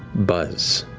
buzz